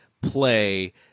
play